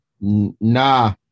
Nah